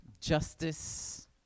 justice